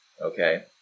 okay